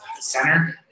center